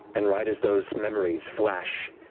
and right as those memories flash,